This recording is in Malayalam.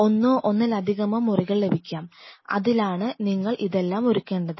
ഒന്നോ ഒന്നിലധികമോ മുറികൾ ലഭിക്കാം അതിലാണ് നിങ്ങൾ ഇതെല്ലാം ഒരുക്കേണ്ടത്